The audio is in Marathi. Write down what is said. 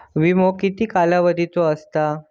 विमो किती कालावधीचो असता?